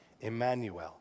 Emmanuel